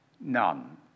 none